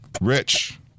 Rich